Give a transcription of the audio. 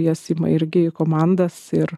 jas ima irgi į komandas ir